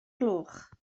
gloch